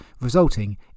resulting